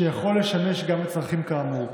שיכול לשמש גם לצרכים כאמור.